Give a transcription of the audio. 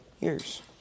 years